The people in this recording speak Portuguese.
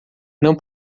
não